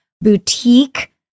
boutique